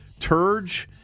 Turge